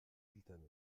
villetaneuse